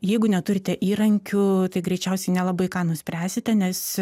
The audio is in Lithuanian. jeigu neturite įrankių tai greičiausiai nelabai ką nuspręsite nes